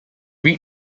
read